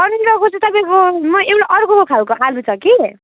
पन्ध्रको चाहिँ तपाईँको म एउटा अर्को खालको आलु छ कि